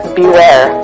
beware